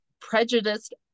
prejudiced